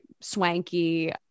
swanky